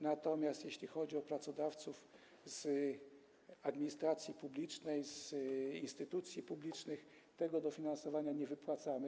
Natomiast jeśli chodzi o pracodawców z administracji publicznej, instytucji publicznych, to tego dofinansowania nie wypłacamy.